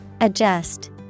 Adjust